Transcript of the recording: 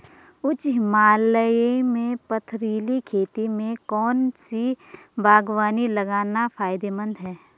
उच्च हिमालयी पथरीली खेती में कौन सी बागवानी लगाना फायदेमंद है?